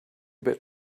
bit